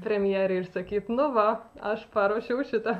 premjerei ir sakyt nu va aš paruošiau šitą